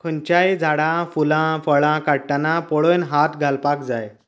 खंयच्याय झाडां फुलां फळां काडटना पळोवन हात घालपाक जाय